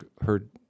heard